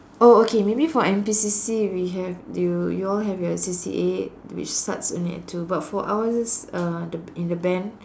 oh okay maybe for N_P_C_C we have you you all have your C_C_A which starts only at two but for ours uh the in the band